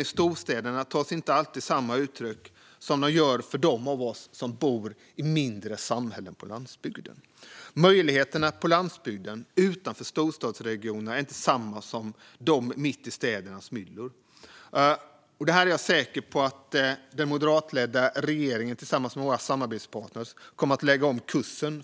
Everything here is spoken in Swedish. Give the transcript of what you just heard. I storstäderna tar sig problemen inte alltid samma uttryck som de gör för dem av oss som bor i mindre samhällen på landsbygden. Möjligheterna på landsbygden, utanför storstadsregionerna, är inte desamma som mitt i städernas myller. Här är jag säker på att den moderatledda regeringen tillsammans med våra samarbetspartner kommer att lägga om kursen.